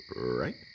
right